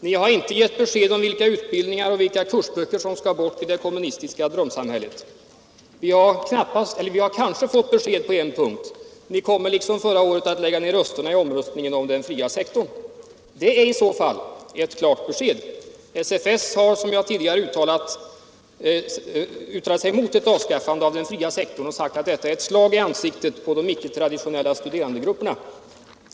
Ni har inte gett besked om vilka utbildningar och vilka kursböcker som skall bort i det kommunistiska drömsamhället. Vi har kanske fått besked på 121 en punkt: Ni kommer liksom förra året att lägga ner rösterna i omröstningen om den fria sektorn. Det är i så fall ett klart besked. SFS har, som jag tidigare uttalat, yttrat sig mot ett avskaffande av den fria sektorn och sagt att detta är ett slag i ansiktet på de icke traditionella studerandegrupperna.